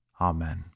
Amen